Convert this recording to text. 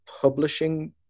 publishing